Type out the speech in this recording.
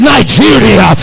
Nigeria